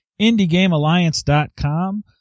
indiegamealliance.com